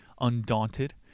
undaunted